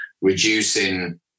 reducing